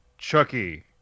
Chucky